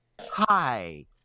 hi